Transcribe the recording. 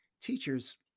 Teachers